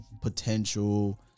potential